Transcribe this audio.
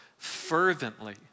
fervently